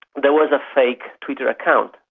there was a fake twitter account,